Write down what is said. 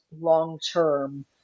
long-term